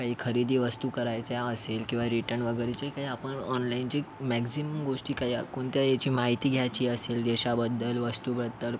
काही खरेदी वस्तू करायचे असेल किंवा रिटर्न वगैरे जे काही आपण ऑनलाईन जे मॅक्झिमम गोष्टी काही या कोणत्याही याची माहिती घ्यायची असेल देशाबद्दल वस्तूबद्दल